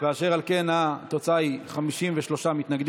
ואשר על כן התוצאה היא 53 מתנגדים,